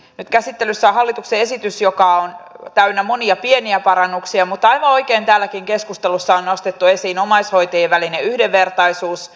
nyt käsittelyssä on hallituksen esitys joka on täynnä monia pieniä parannuksia mutta aivan oikein täälläkin keskustelussa on nostettu esiin omaishoitajien välinen yhdenvertaisuus